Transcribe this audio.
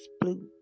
blue